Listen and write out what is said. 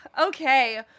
okay